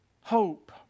hope